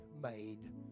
made